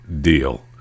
deal